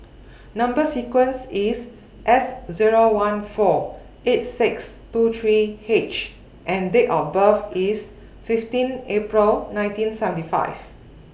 Number sequence IS S Zero one four eight six two three H and Date of birth IS fifteen April nineteen seventy five